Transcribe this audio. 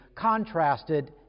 contrasted